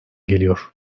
geliyor